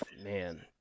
Man